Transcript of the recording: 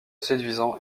séduisant